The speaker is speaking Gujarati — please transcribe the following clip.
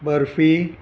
બરફી